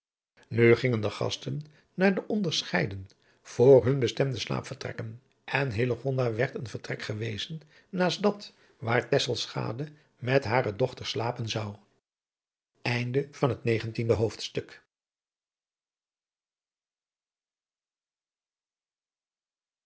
nu gingen de gasten naar de onderscheiden voor hun bestemde slaapvertrekken en hillegonda werd een vertrek gewezen naast dat waar tesselschade met hare dochter slapen zou adriaan loosjes pzn het